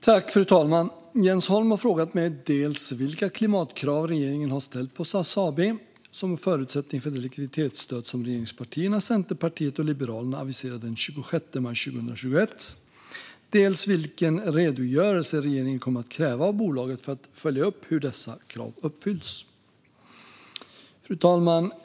Fru talman! Jens Holm har frågat mig dels vilka klimatkrav regeringen har ställt på SAS AB som en förutsättning för det likviditetsstöd som regeringspartierna, Centerpartiet och Liberalerna aviserade den 26 maj 2021, dels vilken redogörelse regeringen kommer att kräva av bolaget för att följa upp hur dessa krav uppfylls. Fru talman!